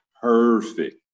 perfect